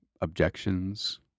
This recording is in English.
objections